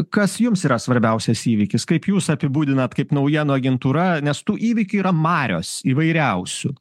kas jums yra svarbiausias įvykis kaip jūs apibūdinat kaip naujienų agentūra nes tų įvykių yra marios įvairiausių